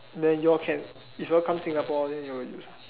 then you all can if you all come Singapore then you use